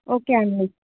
okay అండీ